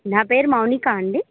నా పేరు మౌనికా అండి